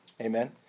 Amen